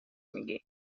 میگی